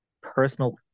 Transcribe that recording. personal